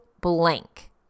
blank